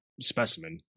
specimen